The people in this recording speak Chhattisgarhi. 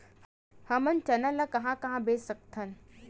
हमन चना ल कहां कहा बेच सकथन?